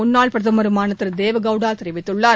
முன்னாள் பிரதமருமானதிருதேவேகவுடாதெரிவித்துள்ளார்